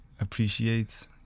appreciate